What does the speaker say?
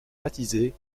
baptisée